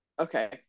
okay